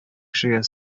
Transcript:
кешегә